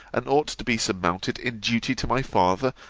and ought to be surmounted in duty to my father,